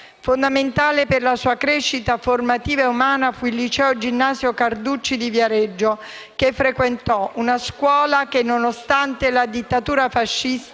Fondamentale per la sua crescita formativa e umana fu il liceo ginnasio «Carducci» di Viareggio, che lui frequentò. Una scuola che, nonostante la dittatura fascista,